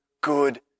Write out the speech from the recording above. good